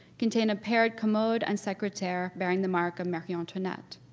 contained a paired commode and secretaire bearing the mark of marie antoinette.